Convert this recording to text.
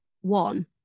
one